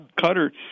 cutter